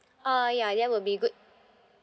uh ya that will be good